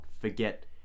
forget